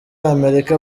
amerika